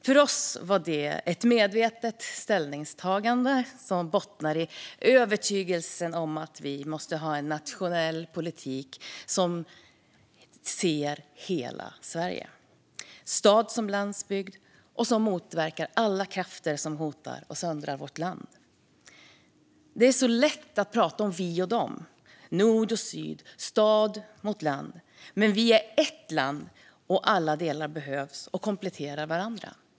För oss är det ett medvetet ställningstagande som bottnar i övertygelsen att vi måste ha en nationell politik som ser hela Sverige, stad som landsbygd, och motverkar alla krafter som hotar att söndra vårt land. Det är så lätt att prata om vi och de - nord mot syd, stad mot land - men vi är ett land, och alla delar behövs och kompletterar varandra.